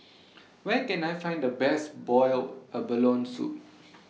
Where Can I Find The Best boiled abalone Soup